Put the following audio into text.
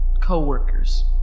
co-workers